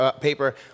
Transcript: paper